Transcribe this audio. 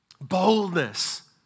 Boldness